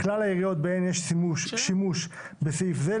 בכלל העיריות שבהן יש שימוש בסעיף זה,